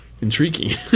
intriguing